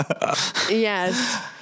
Yes